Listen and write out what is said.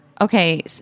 okay